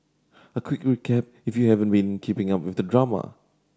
a quick recap if you haven't been keeping up with the drama